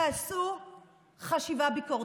תעשו חשיבה ביקורתית.